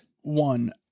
one